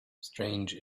strange